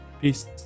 peace